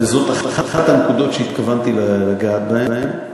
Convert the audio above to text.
וזאת אחת הנקודות שהתכוונתי לגעת בהן,